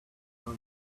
tell